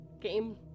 game